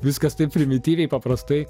viskas taip primityviai paprastai